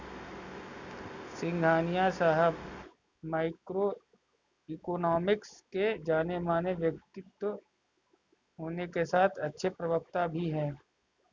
सिंघानिया साहब micro economics के जानेमाने व्यक्तित्व होने के साथ अच्छे प्रवक्ता भी है